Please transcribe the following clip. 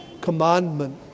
commandment